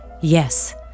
yes